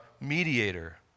mediator